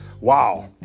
Wow